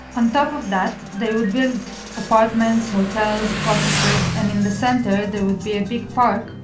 on top of that, they would be apartments, hotels, offices, and in the center, there would be a big park,